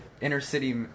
inner-city